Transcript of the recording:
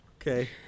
Okay